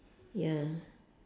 ya